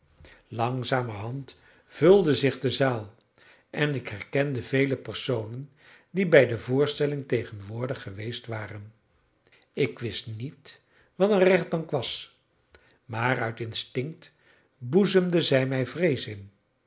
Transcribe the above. langzamerhand vulde zich de zaal en ik herkende vele personen die bij de voorstelling tegenwoordig geweest waren ik wist niet wat een rechtbank was maar uit instinct boezemde zij mij vrees in